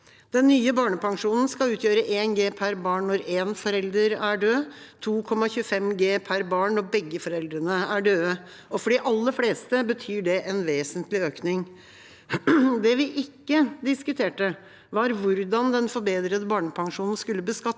Den nye barnepensjonen skal utgjøre 1 G per barn når en forelder er død, 2,25 G per barn når begge foreldrene er døde. For de aller fleste betyr det en vesentlig økning. Det vi ikke diskuterte, var hvordan den forbedrede barnepensjonen skulle beskattes,